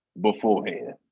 beforehand